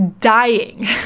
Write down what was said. dying